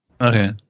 Okay